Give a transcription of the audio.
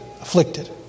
Afflicted